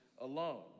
Alone